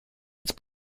its